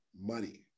money